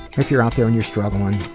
if you're out there and you're struggling,